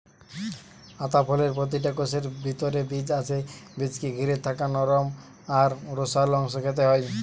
আতা ফলের প্রতিটা কোষের ভিতরে বীজ আছে বীজকে ঘিরে থাকা নরম আর রসালো অংশ খেতে হয়